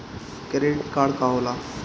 Credit card का होला?